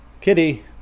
Kitty